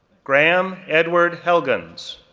graham edward helgans,